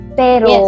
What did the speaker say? pero